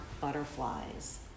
butterflies